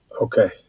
Okay